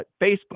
Facebook